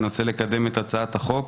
מנסה לקדם את הצעת החוק.